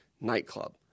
nightclub